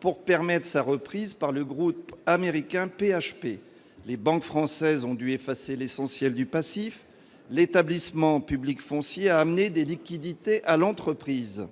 pour permettre sa reprise par le groupe américain PHP. Les banques françaises ont dû effacer l'essentiel du passif et l'établissement public foncier a amené des liquidités à l'entreprise.